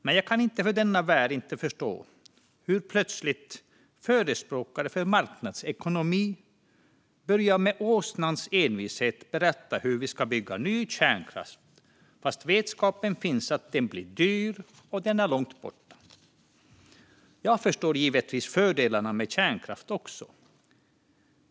Men jag kan för denna värld inte förstå hur förespråkare för marknadsekonomi plötsligt med åsnans envishet börjar berätta hur vi ska bygga ny kärnkraft fast vetskapen finns om att den blir dyr och att den är långt borta. Jag förstår givetvis fördelarna med kärnkraft också.